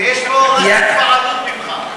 יש פה רק התפעלות ממך.